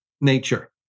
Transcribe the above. nature